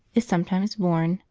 is sometimes born,